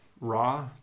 raw